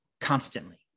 constantly